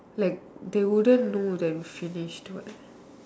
like they wouldn't know that we finished what